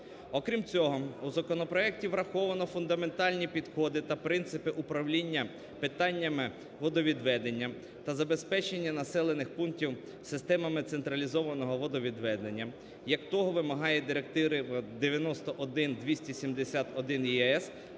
Окрім цього, у законопроекті враховано фундаментальні підходи та принципи управління питаннями водовідведення та забезпечення населених пунктів системами централізованого водовідведення, як того вимагає директива 91271 ЄС